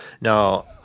now